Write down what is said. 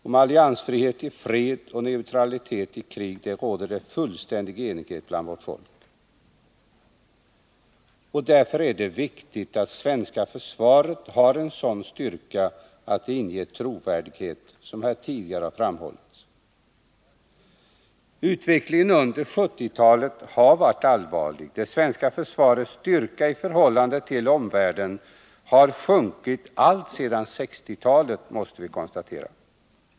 Om alliansfrihet i fred och neutralitet i krig råder fullständig enighet bland vårt folk. Därför är det viktigt att det svenska försvaret har en sådan styrka att det inger trovärdighet, som här tidigare har framhållits. Utvecklingen under 1970-talet har varit allvarlig. Det svenska försvarets styrka i förhållande till omvärldens har sjunkit alltsedan 1960-talet — det måste vi konstatera.